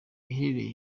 iherereye